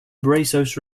brazos